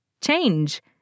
Change